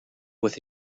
with